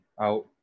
out